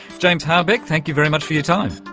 james harbeck, thank you very much for your time.